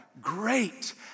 great